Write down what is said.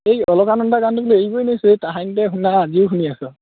এই অলকানন্দা গানটো বোলো এৰিবই নোৱাৰিছোঁ এই তাহানিতে শুনা আজিও শুনি আছোঁ আৰু